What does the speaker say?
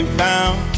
bound